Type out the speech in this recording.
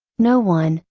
no one,